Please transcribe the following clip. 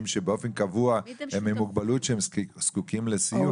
שהם עם מוגבלות באופן קבוע וזקוקים לסיוע?